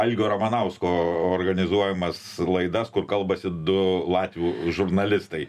algio ramanausko organizuojamas laidas kur kalbasi du latvių žurnalistai